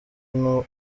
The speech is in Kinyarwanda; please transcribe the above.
uno